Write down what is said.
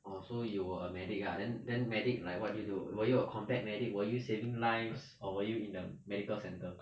oh so you were ah medic lah then then medic like what did you do were you a combat medic were you saving lives or were you in the medical center